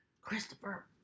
Christopher